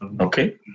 Okay